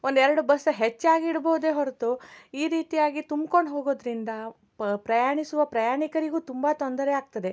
ಒಂದೆರಡು ಬಸ್ಸು ಹೆಚ್ಚಾಗಿ ಇಡ್ಬೌದೇ ಹೊರತು ಈ ರೀತಿಯಾಗಿ ತುಂಬ್ಕೊಂಡು ಹೋಗೋದರಿಂದ ಪ ಪ್ರಯಾಣಿಸುವ ಪ್ರಯಾಣಿಕರಿಗೂ ತುಂಬ ತೊಂದರೆಯಾಗ್ತದೆ